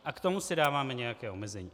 A k tomu si dáváme nějaká omezení.